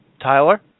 Tyler